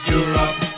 Europe